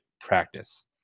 practice